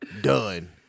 done